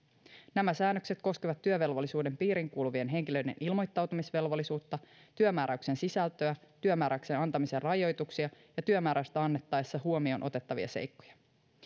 nämä säännökset koskevat työvelvollisuuden piiriin kuuluvien henkilöiden ilmoittautumisvelvollisuutta työmääräyksen sisältöä työmääräyksen antamisen rajoituksia ja työmääräystä annettaessa huomioon otettavia seikkoja